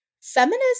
feminist